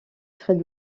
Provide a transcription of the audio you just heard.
près